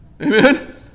Amen